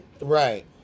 Right